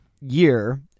year